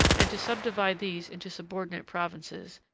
and to subdivide these into subordinate provinces,